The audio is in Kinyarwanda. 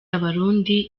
abarundi